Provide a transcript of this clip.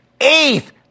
Eighth